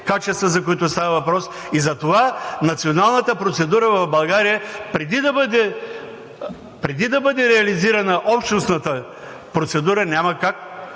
качества, за които става въпрос, и затова националната процедура в България преди да бъде реализирана общностната процедура, няма как